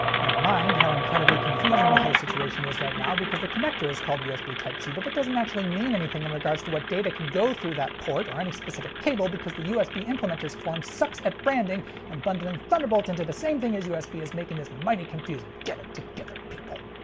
nevermind how incredibly confusing the whole situation is right now because the connector is called usb type c but that doesn't actually mean anything in regards to what data can go through that port or any specific cable because the usb implementers forum sucks at branding and bundling thunderbolt into the same thing as usb is making this mighty confusing. get it together, people!